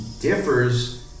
differs